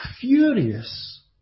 furious